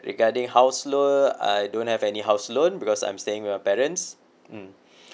regarding house loan I don't have any house loan because I'm staying with my parents mm